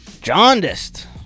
jaundiced